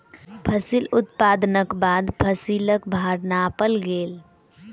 फसिल उत्पादनक बाद फसिलक भार नापल गेल